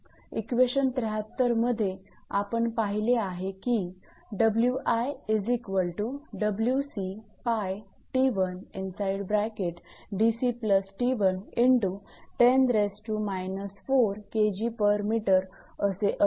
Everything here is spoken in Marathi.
इक्वेशन 73 मध्ये आपण पाहिले आहे की 𝑊𝑖 𝑊𝑐𝜋𝑡1𝑑𝑐 𝑡1 × 10−4 𝐾𝑔𝑚 असे असते